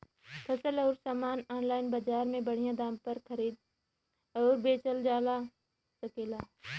फसल अउर सामान आनलाइन बजार में बढ़िया दाम पर खरीद अउर बेचल जा सकेला